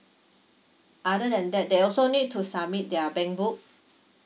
other than that they also need to submit their bank book